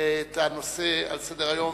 את הנושא על סדר-היום,